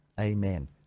Amen